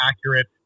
accurate